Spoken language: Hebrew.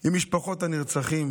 עם משפחות הנרצחים